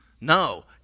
No